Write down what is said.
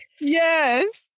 Yes